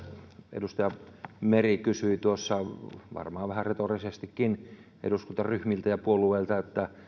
edustaja meri kysyi tuossa varmaan vähän retorisestikin eduskuntaryhmiltä ja puolueilta